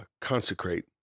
consecrate